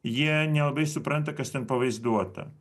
jie nelabai supranta kas ten pavaizduota